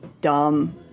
dumb